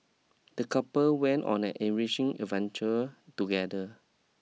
the couple went on an enriching adventure together